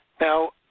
Now